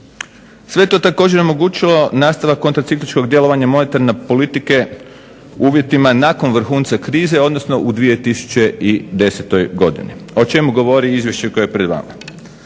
je to također omogućilo nastavak kontracikličkog djelovanja monetarne politike uvjetima nakon vrhunca krize, odnosno u 2010. godini o čemu govori izvješće koje je pred vama.